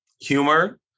humor